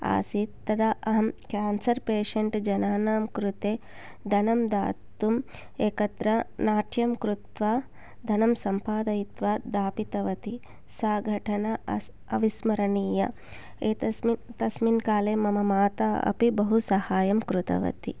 आसीत् तदा अहं केन्सर् पेशण्ट् जनानां कृते धनं दातुम् एकत्र नाट्यं कृत्वा धनं सम्पादयित्वा दापितवती सा घटना अस् अविस्मरणीया एतस्मिन् तस्मिन् काले मम माता अपि बहुसाहाय्यं कृतवती